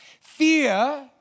Fear